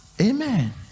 amen